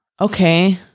okay